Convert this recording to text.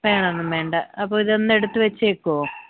വേറെ ഒന്നും വേണ്ട അപ്പം ഇതൊന്ന് എടുത്ത് വെച്ചേക്കുമോ